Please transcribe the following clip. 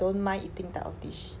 don't mind eating type of dish